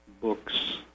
books